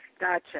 gotcha